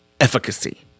efficacy